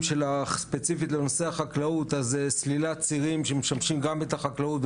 ספציפית בנושא החקלאות אז סלילת צירים שמשמשים גם את החקלאות,